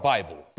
Bible